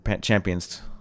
Champions